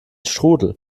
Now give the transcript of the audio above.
strudel